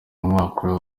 umwaka